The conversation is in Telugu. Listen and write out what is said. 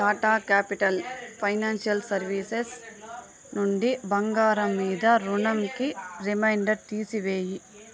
టాటా క్యాపిటల్ ఫైనాన్షియల్ సర్వీసెస్ నుండి బంగారం మీద రుణంకి రిమైండర్ తీసివేయి